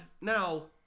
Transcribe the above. now